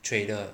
trader